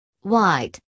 white